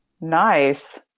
Nice